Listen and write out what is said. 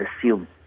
assume